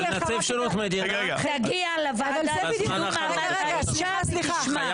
אם תגיע לוועדה לקידום מעמד האישה אז תשמע.